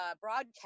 broadcast